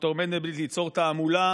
ד"ר מנדלבליט, ליצור תעמולה